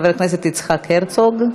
חבר הכנסת יצחק הרצוג.